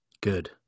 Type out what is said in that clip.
Good